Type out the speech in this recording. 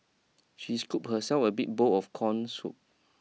she scoop herself a big bowl of corn soup